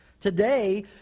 today